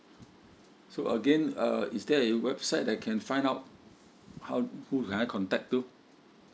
so again uh is there any website that I can find out how who I can contact to